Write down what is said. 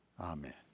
amen